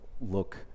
look